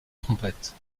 trompettes